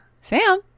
Sam